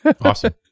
awesome